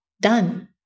done